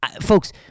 folks